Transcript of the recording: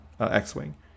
X-Wing